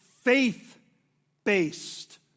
Faith-based